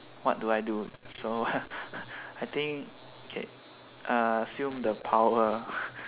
what do I do so I think okay uh assume the power